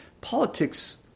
politics